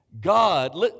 God